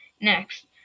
Next